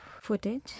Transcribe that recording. footage